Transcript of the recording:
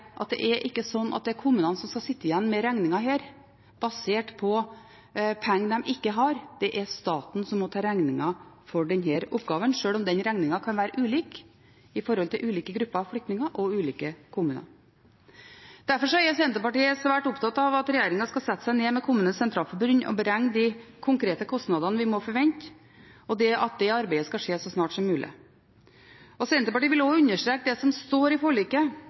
at det ikke er kommunene som skal sitte igjen med regningen, basert på penger de ikke har. Det er staten som må ta regningen for denne oppgaven, sjøl om den regningen kommer til å være ulik for ulike grupper flyktninger og ulike kommuner. Derfor er Senterpartiet svært opptatt av at regjeringen skal sette seg ned med KS og beregne de konkrete kostnadene vi må forvente, og at det arbeidet skal skje så snart som mulig. Senterpartiet vil også understreke det som står i forliket,